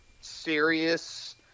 serious